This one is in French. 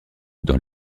dans